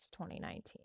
2019